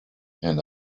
and